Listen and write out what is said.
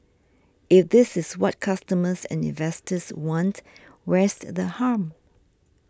if this is what customers and investors want where's the harm